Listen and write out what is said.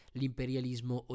l'imperialismo